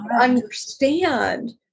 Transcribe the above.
understand